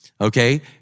okay